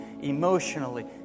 emotionally